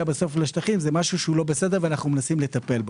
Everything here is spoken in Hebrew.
בסוף לשטחים זה משהו שלא בסדר ואנו מנסים לטפל בו.